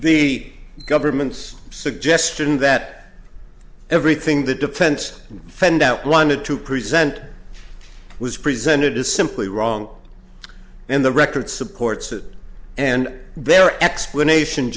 the government's suggestion that everything the defense fanned out wanted to present was presented is simply wrong and the record supports it and their explanation